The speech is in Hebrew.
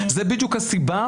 זו בדיוק הסיבה.